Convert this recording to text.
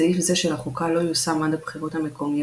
סעיף זה של החוקה לא יושם עד הבחירות המקומיות